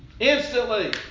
Instantly